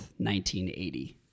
1980